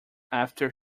after